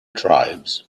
tribes